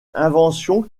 inventions